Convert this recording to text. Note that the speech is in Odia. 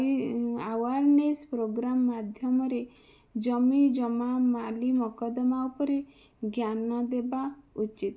ଆୱାରନେସ୍ ପ୍ରୋଗ୍ରାମ ମାଧ୍ୟମରେ ଜମି ଜମା ମାଲି ମକଦ୍ଦମା ଉପରେ ଜ୍ଞାନ ଦେବା ଉଚିତ୍